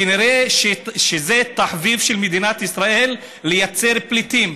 כנראה שזה תחביב של מדינת ישראל לייצר פליטים.